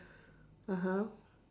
(uh huh)